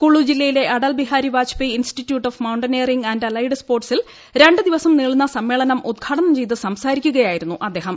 കുളു ജില്ലയിലെ Atal Bihari Vajpayee institute of mountaineering and allied സ്പോർട്സിൽ രണ്ട് ദിവസം നീളുന്ന സമ്മേളനം ഉദ്ഘാടനം ചെയ്ത് സംസാരിക്കുകയായിരുന്നു അദ്ദേഹം